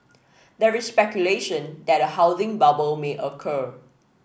there is speculation that a housing bubble may occur